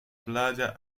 playa